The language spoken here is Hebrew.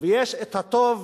ויש הטוב